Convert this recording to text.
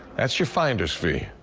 that's your finder's fee.